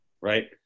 right